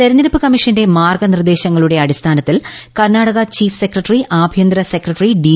തെരഞ്ഞെടുപ്പ് കമ്മീഷന്റെ മാർഗ്ഗനിർദ്ദേശങ്ങളുടെ അ്ടിസ്ഥാനത്തിൽ കർണാടക ചീഫ് സെക്രട്ടറി ആഭ്യന്തര ്രസ്ക്രട്ടറി ഡി